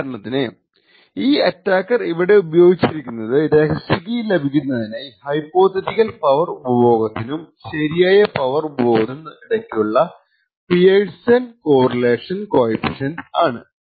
ഉദാഹരണത്തിൽ ഈ അറ്റാക്കർ ഇവിടെ ഉപയോഗിച്ചിരിക്കുന്നത് രഹസ്യ കീ ലഭിക്കുന്നതിനായി ഹൈപോതെറ്റിക്കൽ പവർ ഉപഭോഗത്തിനും ശരിയായ പവർ ഉപഭോഗത്തിനും ഇടക്കുള്ള പിയർസൺ കോറിലേഷൻ കോഫിഷ്യന്റ് ആണ്